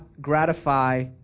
gratify